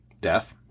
death